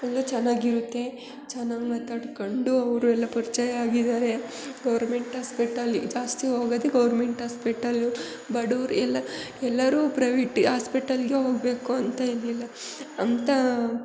ಅಲ್ಲೂ ಚೆನ್ನಾಗಿರುತ್ತೆ ಚೆನ್ನಾಗಿ ಮಾತಾಡ್ಕೊಂಡು ಅವರು ಎಲ್ಲ ಪರಿಚಯ ಆಗಿದ್ದಾರೆ ಗೌರ್ಮೆಂಟ್ ಆಸ್ಪೆಟಲ್ಲಿ ಜಾಸ್ತಿ ಹೋಗೋದು ಗೌರ್ಮೆಂಟ್ ಆಸ್ಪೆಟಲ್ಲು ಬಡೂವ್ರು ಎಲ್ಲ ಎಲ್ಲರೂ ಪ್ರವಿಟ್ ಆಸ್ಪೆಟಲ್ಗೆ ಹೋಗಬೇಕು ಅಂತ ಏನಿಲ್ಲ ಅಂತ